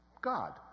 god